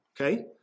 okay